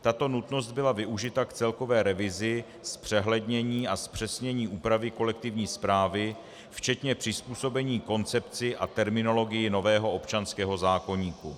Tato nutnost byla využita k celkové revizi, zpřehlednění a zpřesnění úpravy kolektivní správy včetně přizpůsobení koncepci a terminologii nového občanského zákoníku.